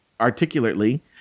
articulately